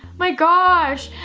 my gosh.